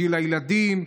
בשביל הילדים.